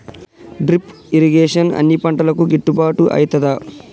Drip irrigation అన్ని పంటలకు గిట్టుబాటు ఐతదా?